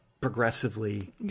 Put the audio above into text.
progressively